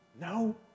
No